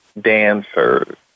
dancers